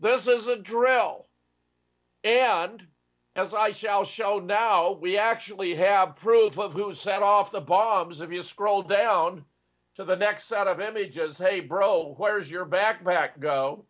is a drill and as i shall show now we actually have proof of who set off the bombs of you scroll down to the next set of images hey bro where's your backpack go